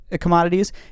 commodities